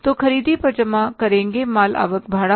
तो खरीदी पर जमा करेंगे माल आवक भाड़ा